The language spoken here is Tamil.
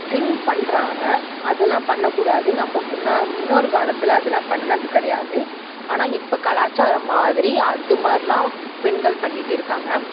ட்ரின்க் பண்ணுறாங்க அதலாம் பண்ணக்கூடாது நம்ம முன்னாடி முன்னோர் காலத்தில் அதலாம் பண்ணது கிடையாது ஆனால் இப்போ கலாச்சாரம் மாதிரி அது மாதிரிலாம் பெண்கள் பண்ணிட்டு இருக்காங்க